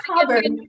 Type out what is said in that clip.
covered